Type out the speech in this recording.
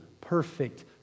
perfect